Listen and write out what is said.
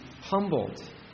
humbled